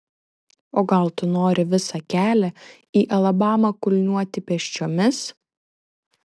o gal tu nori visą kelią į alabamą kulniuoti pėsčiomis